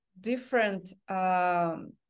different